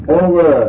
over